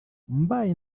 mbaye